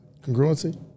Congruency